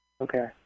Okay